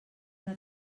una